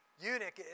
eunuch